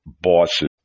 bosses